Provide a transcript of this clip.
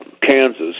Kansas